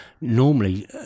normally